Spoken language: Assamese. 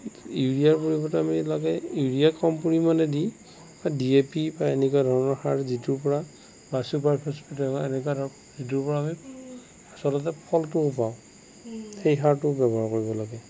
ইউৰিয়াৰ পৰিৱৰ্তে আমি লাগে ইউৰিয়া কম পৰিমাণে দি তাত ডি এ পি বা এনেকুৱা ধৰণৰ সাৰ যিটোৰ পৰা এনেকুৱা ধৰণৰ যিটোৰ পৰা আমি আচলতে ফলটোও পাওঁ সেই সাৰটোও ব্যৱহাৰ কৰিব লাগে